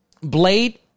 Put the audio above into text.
blade